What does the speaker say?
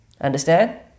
Understand